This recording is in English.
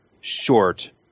short